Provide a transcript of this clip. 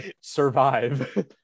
survive